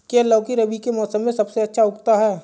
क्या लौकी रबी के मौसम में सबसे अच्छा उगता है?